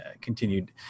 continued